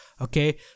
okay